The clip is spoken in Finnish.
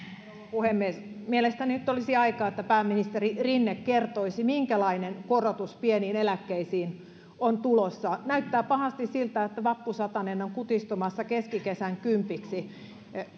puhemies mielestäni nyt olisi aika että pääministeri rinne kertoisi minkälainen korotus pieniin eläkkeisiin on tulossa näyttää pahasti siltä että vappusatanen on kutistumassa keskikesän kympiksi